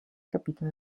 kapitan